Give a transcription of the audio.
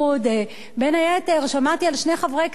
בין היתר שמעתי על שני חברי כנסת,